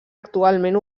actualment